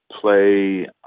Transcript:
Play